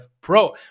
Pro